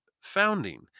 founding